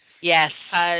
Yes